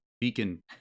Beacon